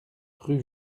rue